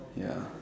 yeah